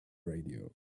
radio